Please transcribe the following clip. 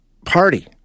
party